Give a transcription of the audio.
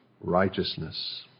righteousness